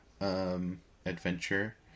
adventure